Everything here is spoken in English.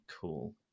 cool